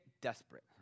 desperate